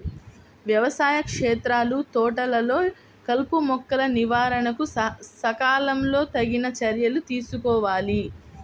వ్యవసాయ క్షేత్రాలు, తోటలలో కలుపుమొక్కల నివారణకు సకాలంలో తగిన చర్యలు తీసుకోవాలి